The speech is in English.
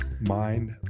Mind